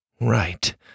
Right